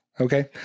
Okay